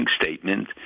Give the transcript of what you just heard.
statement